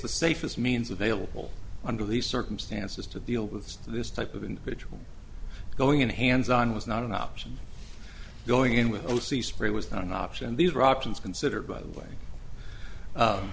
the safest means available under these circumstances to deal with this type of individual going in a hands on was not an option going in with o c spray was not an option these are options considered by the way